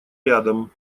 рядом